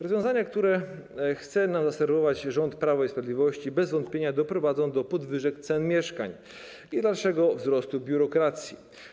Rozwiązania, które chce nam zaserwować rząd Prawa i Sprawiedliwości, bez wątpienia doprowadzą do podwyżek cen mieszkań i dalszego wzrostu biurokracji.